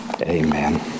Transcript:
Amen